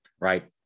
right